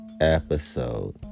episode